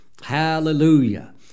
Hallelujah